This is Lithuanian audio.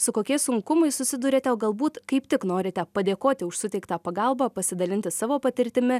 su kokiais sunkumais susiduriate o galbūt kaip tik norite padėkoti už suteiktą pagalbą pasidalinti savo patirtimi